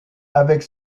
avec